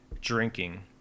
drinking